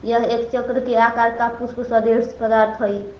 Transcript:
यह एक चक्र के आकार का पुष्प सदृश्य पदार्थ हई